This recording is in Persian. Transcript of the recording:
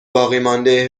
باقیمانده